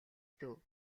дүү